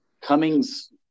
Cummings